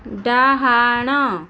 ଡାହାଣ